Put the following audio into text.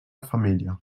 família